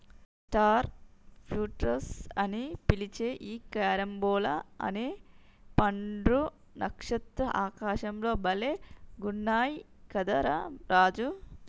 star fruits అని పిలిచే ఈ క్యారంబోలా అనే పండ్లు నక్షత్ర ఆకారం లో భలే గున్నయ్ కదా రా రాజు